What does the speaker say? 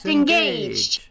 Engaged